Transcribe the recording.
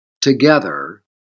together